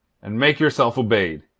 and make yourself obeyed.